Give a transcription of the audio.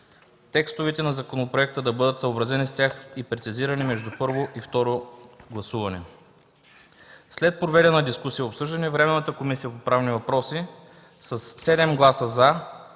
текстовете на законопроекта да бъдат съобразени с тях и прецизирани между първо и второ гласуване. След проведената дискусия и обсъждане Временната комисия по правни въпроси със 7 гласа „за”,